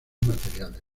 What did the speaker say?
materiales